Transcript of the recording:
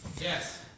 Yes